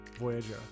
Voyager